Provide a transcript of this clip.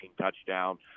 touchdown